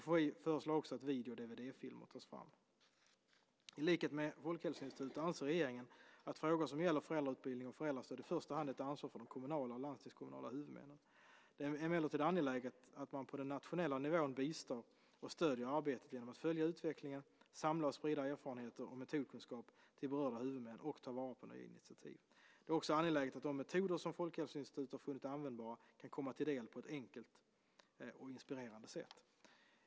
FHI föreslår också att video och dvd-filmer tas fram. I likhet med Folkhälsoinstitutet anser regeringen att frågor som gäller föräldrautbildning och föräldrastöd i första hand är ett ansvar för de kommunala och landstingskommunala huvudmännen. Det är emellertid angeläget att man på den nationella nivån bistår och stöder arbetet genom att följa utvecklingen, samla och sprida erfarenheter och metodkunskap till berörda huvudmän och ta vara på nya initiativ. Det är också angeläget att de metoder som Folkhälsoinstitutet har funnit användbara kan komma många till del på ett enkelt och inspirerande sätt.